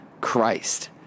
christ